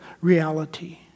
reality